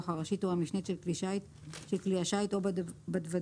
הראשית או המשנית של כלי השיט או בדוודים,